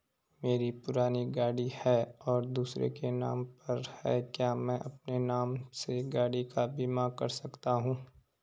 मेरी पुरानी गाड़ी है और दूसरे के नाम पर है क्या मैं अपने नाम से गाड़ी का बीमा कर सकता हूँ?